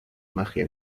magia